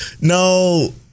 No